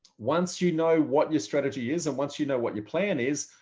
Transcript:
once you know what your strategy is, and once you know what your plan is,